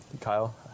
kyle